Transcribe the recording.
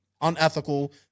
unethical